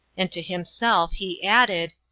and to himself he added,